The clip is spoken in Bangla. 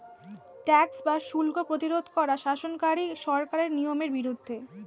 ট্যাক্স বা শুল্ক প্রতিরোধ করা শাসনকারী সরকারের নিয়মের বিরুদ্ধে